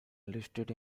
listed